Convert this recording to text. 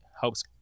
helps